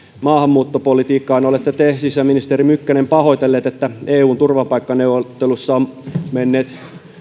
maahanmuuttopolitiikkaan olette te sisäministeri mykkänen pahoitellut että eun turvapaikkaneuvotteluissa ovat menneet